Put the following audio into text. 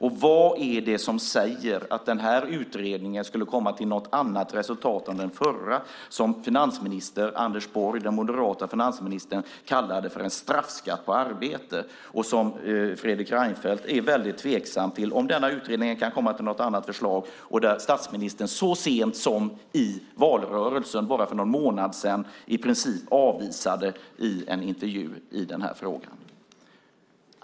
Och vad är det som säger att den här utredningen skulle komma till något annat resultat än den förra, som den moderate finansministern Anders Borg kallade för en straffskatt på arbete? Fredrik Reinfeldt är också tveksam till om denna utredning kan komma fram till något annat förslag. Så sent som i valrörelsen, bara för någon månad sedan, avvisade statsministern detta i en intervju i frågan.